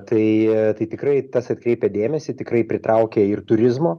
tai tai tikrai tas atkreipia dėmesį tikrai pritraukia ir turizmo